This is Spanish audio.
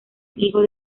hijos